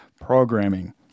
programming